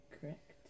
correct